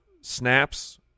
snaps